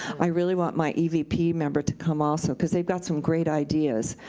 i really want my evp member to come also. cause they've got some great ideas.